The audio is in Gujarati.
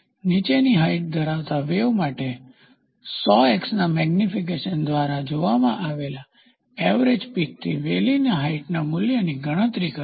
નીચેની હાઇટ ધરાવતા વેવ માટે 100X ના મેગ્નીફીકેશન દ્વારા જોવામાં આવેલા એવરેજ પીક થી વેલીની હાઇટના મૂલ્યની ગણતરી કરો